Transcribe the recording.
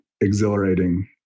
exhilarating